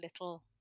little